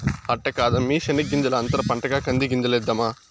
అట్ట కాదమ్మీ శెనగ్గింజల అంతర పంటగా కంది గింజలేద్దాము